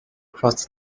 crossed